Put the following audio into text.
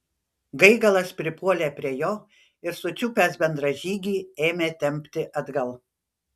gaigalas pripuolė prie jo ir sučiupęs bendražygį ėmė tempti atgal